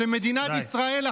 שמדינת ישראל,